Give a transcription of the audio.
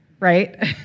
right